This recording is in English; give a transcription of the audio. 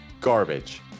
Garbage